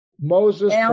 Moses